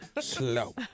slow